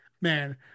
Man